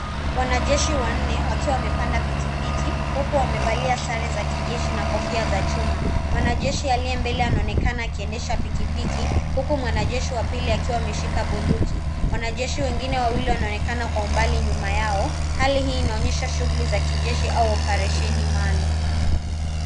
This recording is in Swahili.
Wanajeshi wanne wakiwa wamepanda pikipiki huku wamevalia sare za kijeshi na kofia za chuma ,mwanajeshi aliyekaa mbele anaonekana kuendesha pikipiki huku mwanajeshi wa pili akiwa ameshika bunduki wanajeshi wengine wawili wanaoneka Kwa umbali nyuma yao, Hali hii inaonyesha shughuli za kijeshi au operesheni maalum.